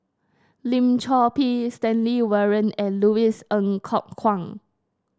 Lim Chor Pee Stanley Warren and Louis Ng Kok Kwang